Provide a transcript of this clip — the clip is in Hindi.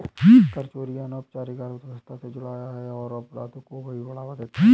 कर चोरी अनौपचारिक अर्थव्यवस्था से जुड़ा है और अपराधों को भी बढ़ावा देता है